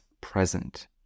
present